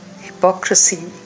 hypocrisy